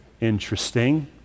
interesting